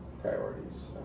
Priorities